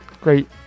great